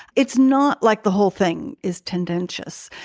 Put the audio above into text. it's not like the whole thing is tendentious.